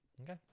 Okay